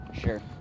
sure